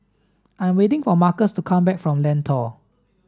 I'm waiting for Marcus to come back from Lentor